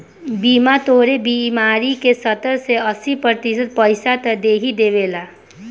बीमा तोहरे बीमारी क सत्तर से अस्सी प्रतिशत पइसा त देहिए देवेला